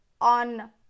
on